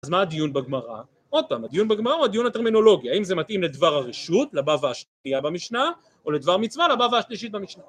אז מה הדיון בגמרא? עוד פעם, הדיון בגמרא הוא הדיון הטרמינולוגי: האם זה מתאים לדבר הרשות - לבבא השנייה במשנה, או לדבר מצווה - לבבא השלישית במשנה.